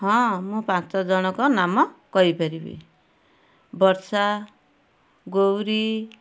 ହଁ ମୁଁ ପାଞ୍ଚଜଣଙ୍କ ନାମ କହିପାରିବି ବର୍ଷା ଗୌରୀ